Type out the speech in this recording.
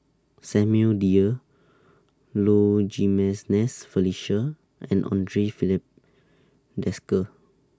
Samuel Dyer Low Jimenez Felicia and Andre Filipe Desker